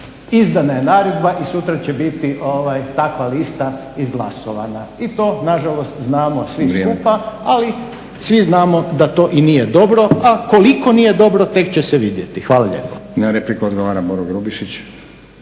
izdana je naredba i sutra će biti takva lista izglasovana. I to nažalost znamo svi skupa, ali svi znamo da to i nije dobro a koliko nije dobro tek će se vidjeti. Hvala lijepo.